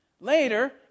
Later